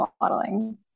modeling